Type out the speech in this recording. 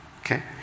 Okay